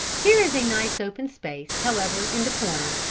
here is a nice open space, however, in the corner,